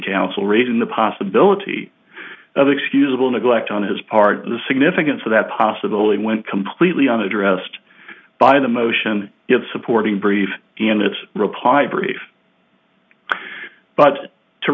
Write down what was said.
counsel raising the possibility of excusable neglect on his part in the significance of that possibility went completely unaddressed by the motion supporting brief in its reply brief but to